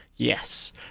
Yes